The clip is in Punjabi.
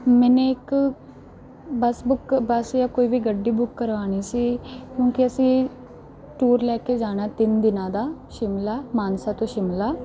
ਮੈਨੇ ਇੱਕ ਬੱਸ ਬੁੱਕ ਬੱਸ ਜਾਂ ਕੋਈ ਵੀ ਗੱਡੀ ਬੁੱਕ ਕਰਵਾਉਣੀ ਸੀ ਕਿਉਂਕਿ ਅਸੀਂ ਟੂਰ ਲੈ ਕੇ ਜਾਣਾ ਤਿੰਨ ਦਿਨਾਂ ਦਾ ਸ਼ਿਮਲਾ ਮਾਨਸਾ ਤੋਂ ਸ਼ਿਮਲਾ